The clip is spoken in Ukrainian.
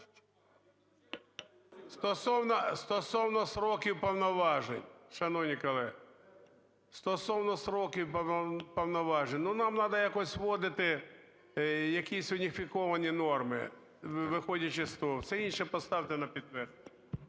Стосовно строків повноважень, шановні колеги, стосовно строків повноважень. Ну, нам надо якось вводити якісь уніфіковані норми, виходячи з того. Все інше поставте на підтвердження.